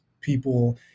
people